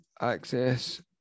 access